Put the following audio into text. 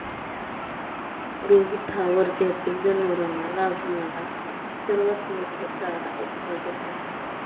रोहित हा वर्ध्यातील जनावरांना लागणारा सर्वात मोठा चारा उत्पादक आहे